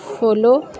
follow